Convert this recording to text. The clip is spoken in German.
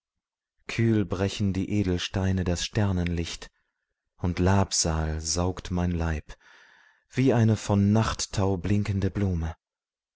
kühl brechen die edelsteine das sternenlicht und labsal saugt mein leib wie eine von nachttau blinkende blume